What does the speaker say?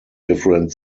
different